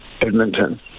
Edmonton